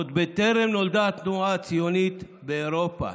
עוד בטרם נולדה התנועה הציונית באירופה.